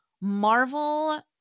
Marvel